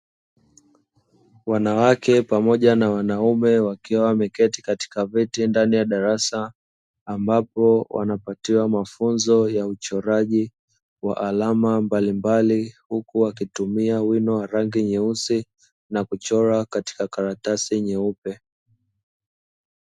Wanawake pamoja na wanaume wakiwa wameketi katika viti ndani ya darasa, ambapo wanapatiwa mafunzo ya uchoraji wa alama mbalimbali huku wakitumia wino wa rangi nyeusi na kuchora katika karatasi nyeupe.